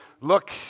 look